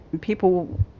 People